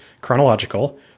chronological